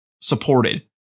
supported